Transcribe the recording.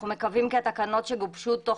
אנחנו מקווים כי התקנות שגובשו תוך